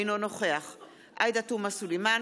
אינו נוכח עאידה תומא סלימאן,